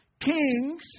Kings